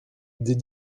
des